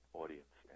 audience